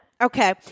Okay